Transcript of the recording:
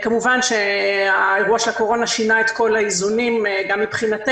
כמובן שהאירוע של הקורונה שינה את כל האיזונים גם מבחינתנו,